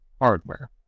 hardware